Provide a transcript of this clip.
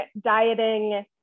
dieting